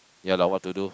ya lah what to do